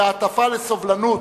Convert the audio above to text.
שההטפה לסובלנות,